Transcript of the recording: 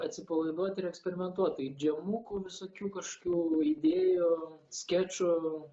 atsipalaiduot ir eksperimentuot tai džemukų visokių kažkokių idėjų skečų